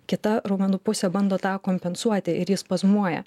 kita raumenų pusė bando tą kompensuoti ir ji spazmuoja